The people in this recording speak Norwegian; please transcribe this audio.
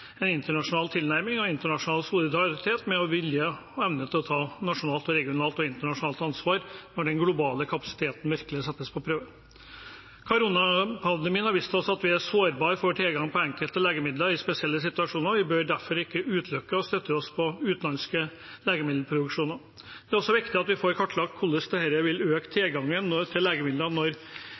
internasjonal tilnærming og internasjonal solidaritet med vilje og evne til å ta nasjonalt, regionalt og internasjonalt ansvar når den globale kapasiteten virkelig settes på prøve. Koronapandemien har vist oss at vi er sårbare for tilgang på enkelte legemidler i spesielle situasjoner. Vi bør derfor ikke utelukkende støtte oss på utenlandsk legemiddelproduksjon. Det er viktig at vi får kartlagt hvordan vi kan sikre tilgangen til legemidler når tilgangen